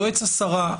יועץ השרה,